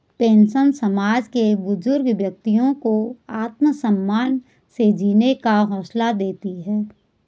pension समाज के बुजुर्ग व्यक्तियों को आत्मसम्मान से जीने का हौसला देती है